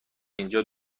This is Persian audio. اینجا